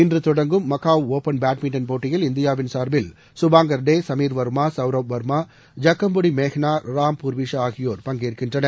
இன்று தொடங்கும் Macau open badminton போட்டியில் இந்தியாவின் சார்பில் சுபாங்கர் டே சமீர் வர்மா சவ்ரப் வர்மா ஜக்கம்புடி மேஹ்னா ராம் பூர்விஷா ஆகியோர் பங்கேற்கின்றனர்